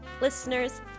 listeners